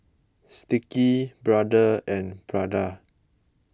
Sticky Brother and Prada